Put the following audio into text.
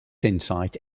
insight